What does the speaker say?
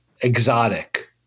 exotic